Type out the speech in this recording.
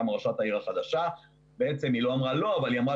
גם ראשת העיר החדשה בעצם לא אמרה לא אבל היא אמרה